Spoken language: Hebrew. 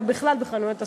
אבל בכלל בחנויות הספרים.